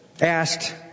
asked